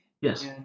Yes